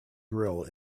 grill